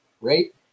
right